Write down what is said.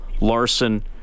Larson